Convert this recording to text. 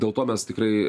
dėl to mes tikrai